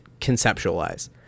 conceptualize